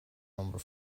number